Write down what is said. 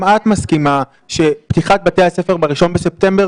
גם את מסכימה שפתיחת בתי הספר ב-1 בספטמבר